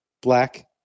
black